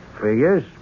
Figures